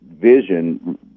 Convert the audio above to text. vision